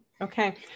Okay